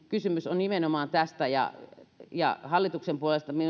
kysymys on nimenomaan tästä ja ja hallituksen puolesta